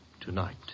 tonight